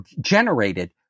generated